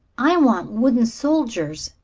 i want wooden soldiers,